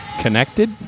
Connected